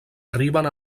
arriben